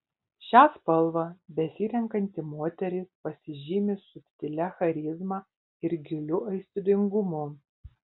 šią spalvą besirenkanti moteris pasižymi subtilia charizma ir giliu aistringumu